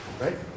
Right